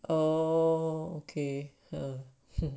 oh okay !huh!